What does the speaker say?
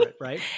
right